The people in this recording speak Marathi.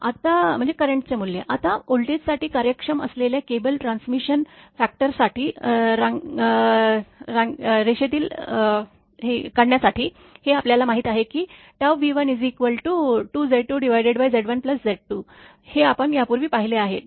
आता व्होल्टेजसाठी कार्यक्षम असलेल्या केबल ट्रान्समिशन फॅक्टर साठी रांगेत उभे राहतात हे आपल्याला माहीत आहे की V12Z2Z1Z2 हे आपण यापूर्वी पाहिले आहे